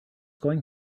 going